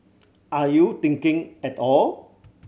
are you thinking at all